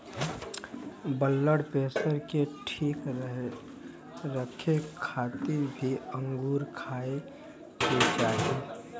blood pressure के ठीक रखे खातिर भी अंगूर खाए के चाही